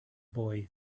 boy